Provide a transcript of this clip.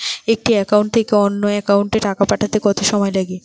একটি একাউন্ট থেকে অন্য একাউন্টে টাকা পাঠাতে কত সময় লাগে?